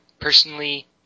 Personally